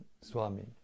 Swami